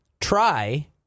try